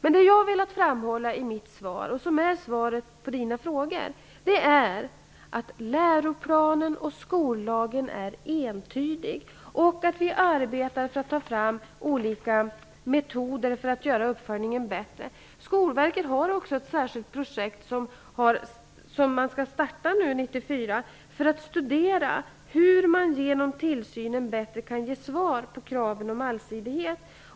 Men jag har velat framhålla i mitt svar -- och som är svaret på Inger Lundbergs frågor -- att läroplanen och skollagen är entydiga. Vi arbetar för att ta fram olika metoder för att göra uppföljningen bättre. Skolverket skall starta ett särskilt projekt 1994 för att studera hur man med hjälp av tillsynen bättre kan få svar på kraven om allsidighet.